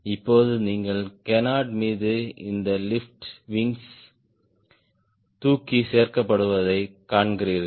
இப்போது நீங்கள் கேனார்ட் மீது இந்த லிப்ட் விங்ஸ் தூக்கி சேர்க்கப்படுவதைக் காண்கிறீர்கள்